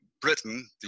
Britain